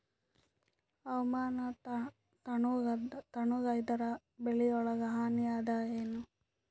ಹವಾಮಾನ ತಣುಗ ಇದರ ಬೆಳೆಗೊಳಿಗ ಹಾನಿ ಅದಾಯೇನ?